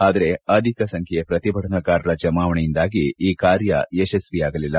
ಆದರೆ ಅಧಿಕ ಸಂಖ್ಯೆಯ ಪ್ರತಿಭಟನಾಕಾರರ ಜಮಾವಣೆಯಿಂದಾಗಿ ಈ ಕಾರ್ನ ಯಶಸ್ಸಿಯಾಗಲಿಲ್ಲ